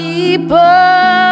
People